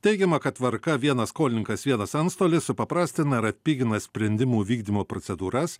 teigiama kad tvarka vienas skolininkas vienas antstolis supaprastina ir atpigina sprendimų vykdymo procedūras